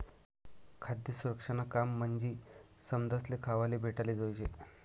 खाद्य सुरक्षानं काम म्हंजी समदासले खावाले भेटाले जोयजे